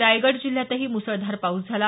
रायगड जिल्ह्यात मुसळधार पाऊस झाला